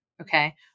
Okay